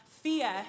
Fear